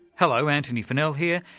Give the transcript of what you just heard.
hello, antony funnell here,